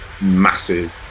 massive